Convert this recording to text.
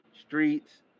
Streets